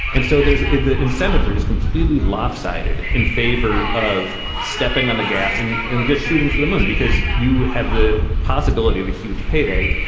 and so there's the incentives are just completely lopsided in favor of stepping on the gas in in this shooting for them and because you have the possibility of a huge payday.